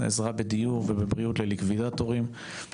עזרה בדיור ובבריאות לליקווידטורים,